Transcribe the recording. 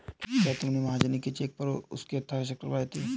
क्या तुमने महाजनी चेक पर उसके हस्ताक्षर करवाए थे?